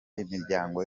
imiryango